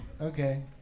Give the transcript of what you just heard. Okay